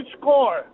score